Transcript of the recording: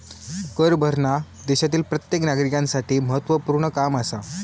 कर भरना देशातील प्रत्येक नागरिकांसाठी महत्वपूर्ण काम आसा